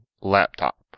laptop